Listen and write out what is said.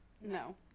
No